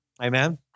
amen